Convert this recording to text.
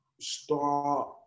start